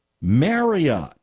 marriott